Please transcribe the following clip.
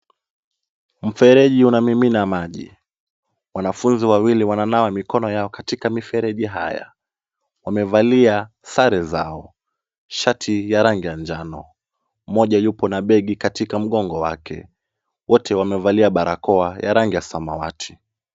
Mfereji unamimina maji. Wanafunzi wawili wananawa mikono yao katika mifereji haya. Wamevalia sare zao, shati ya rangi ya njano. Mmoja yupo na begi katika mgongo wake. Wote wamevalia barakoa ya rangi ya samawati.